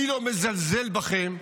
אני לא מזלזל בכם,